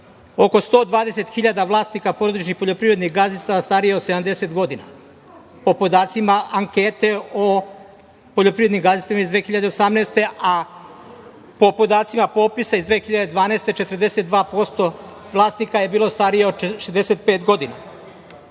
oko 120.000 vlasnika porodičnih poljoprivrednih gazdinstava starije od 70 godina, po podacima ankete o poljoprivrednim gazdinstvima iz 2018. godine, a po podacima popisa iz 2012. godine 42% vlasnika je bilo starije od 65 godina? Dalje,